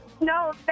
no